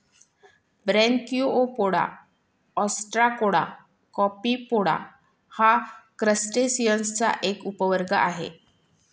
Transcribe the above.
Branchiopoda, Ostracoda, Copepoda हा क्रस्टेसिअन्सचा एक उपवर्ग आहे